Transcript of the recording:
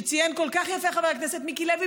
כפי שציין כל כך יפה חבר הכנסת מיקי לוי,